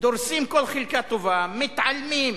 דורסים כל חלקה טובה, מתעלמים,